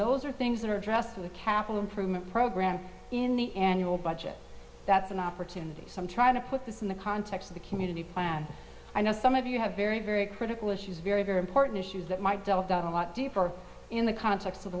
those are things that are addressed in the capital improvement program in the annual budget that's an opportunity for some trying to put this in the context of the community plan i know some of you have very very critical issues very very important issues that might delve down a lot deeper in the con